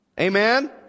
Amen